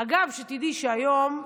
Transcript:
אגב, שתדעי שהיום,